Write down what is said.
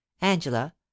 angela